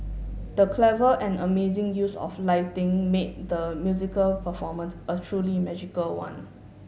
the clever and amazing use of lighting made the musical performance a truly magical one